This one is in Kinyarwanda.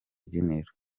rubyiniro